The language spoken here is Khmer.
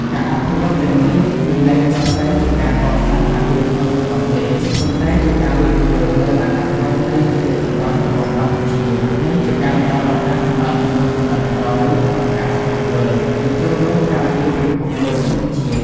ការអភិវឌ្ឍន៍ទាំងនេះ មិនមែនគ្រាន់តែជាការកសាងអគារថ្មីប៉ុណ្ណោះទេ ប៉ុន្តែជាការវិនិយោគលើអនាគតនៃជីវៈចម្រុះរបស់កម្ពុជា និងជាការផ្តល់ឱកាសសម្រាប់មនុស្សជំនាន់ក្រោយក្នុងការស្វែងយល់ និងចូលរួមការពារពិភពលោកធម្មជាតិ។